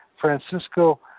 Francisco